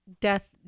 Death